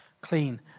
clean